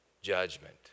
Judgment